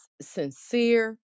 sincere